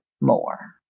more